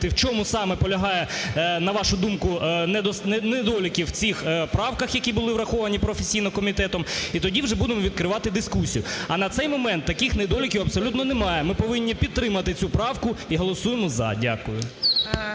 в чому саме полягає, на вашу думку, недоліки в цих правках, які були враховані професійно комітетом, і тоді вже будемо відкривати дискусію. А на цей момент таких недоліків абсолютно немає. Ми повинні підтримати цю правку і голосуємо "за". Дякую.